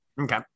Okay